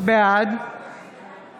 בעד מיכל